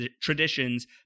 traditions